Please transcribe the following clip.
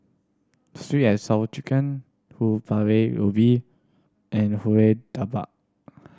Sweet And Sour Chicken ubi and kuih dabar